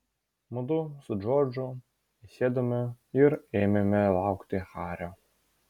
mudu su džordžu įsėdome ir ėmėme laukti hario